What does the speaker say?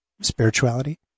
spirituality